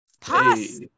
Pass